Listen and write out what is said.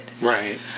Right